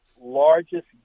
largest